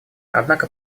однако